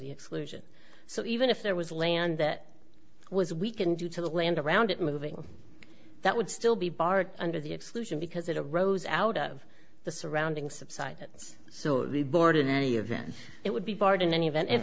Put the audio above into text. the exclusion so even if there was land that was weakened due to the land around it moving that would still be barred under the exclusion because it arose out of the surrounding subsidence so the board in any event it would be barred in any event